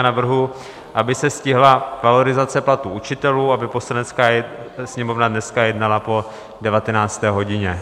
Navrhuji, aby se stihla valorizace platů učitelů, aby Poslanecká sněmovna dneska jednala po 19. hodině.